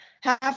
half